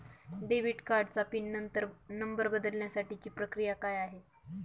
Debit कार्डचा pin number बदलण्यासाठीची प्रक्रिया काय आहे?